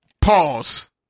Pause